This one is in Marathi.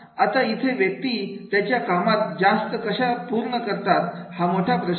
आता इथे व्यक्ती त्याच्या कामात जास्त कशा पूर्ण करतात हा मोठा प्रश्न आहे